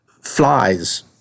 flies